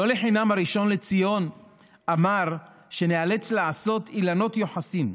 לא לחינם הראשון לציון אמר שניאלץ לעשות אילנות יוחסין.